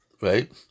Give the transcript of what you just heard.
right